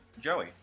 joey